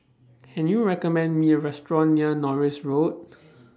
Can YOU recommend Me A Restaurant near Norris Road